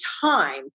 time